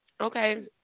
Okay